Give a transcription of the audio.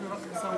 היושב-ראש,